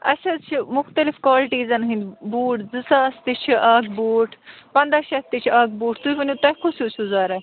اسہِ حظ چھِ مختلِف کالٹیٖزَن ہٕنٛدۍ بوٗٹھ زٕ ساس تہِ چھِ اَکھ بوٗٹھ پنٛدَہ شٮ۪تھ تہِ چھِ اَکھ بوٗٹھ تُہۍ ؤنِو تۄہہِ کُس ہیوٗ چھُو ضروٗرت